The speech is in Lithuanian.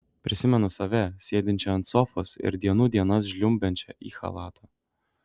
prisimenu save sėdinčią ant sofos ir dienų dienas žliumbiančią į chalatą